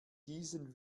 diesen